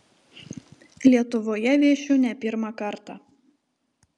lietuvoje viešiu ne pirmą kartą